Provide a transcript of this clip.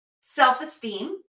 Self-esteem